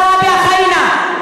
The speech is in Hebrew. זועבי אל-ח'אינה.